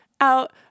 out